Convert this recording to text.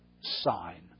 sign